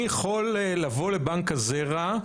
אני יכול לבוא לבנק הזרע,